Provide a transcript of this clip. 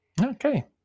Okay